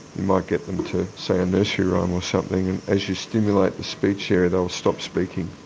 might get them to say a nursery rhyme or something, and as you stimulate the speech area they'll stop speaking,